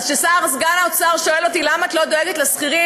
אז כשסגן שר האוצר שואל אותי: למה את לא דואגת לשכירים,